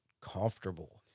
comfortable